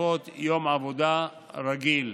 החופפות יום עבודה רגיל,